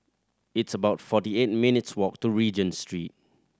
it's about forty eight minutes' walk to Regent Street